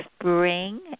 spring